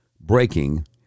breaking